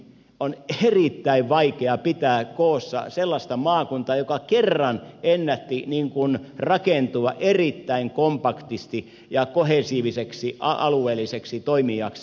on erittäin vaikeaa pitää koossa sellaista maakuntaa joka kerran ennätti rakentua erittäin kompaktiksi ja kohesiiviseksi alueelliseksi toimijaksi